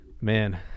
Man